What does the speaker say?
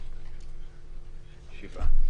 שבעה.